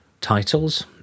titles